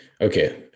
okay